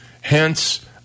hence